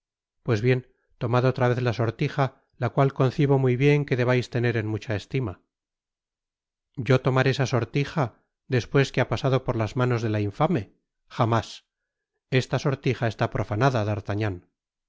pues bien tomad otra vez la sortija la cual concibo muy bien que debais tener en mucha estima yo tomar esa sortija despues que ha pasado por las manos de ta infame jamás esta sortija está profanada d'artagnan